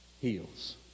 heals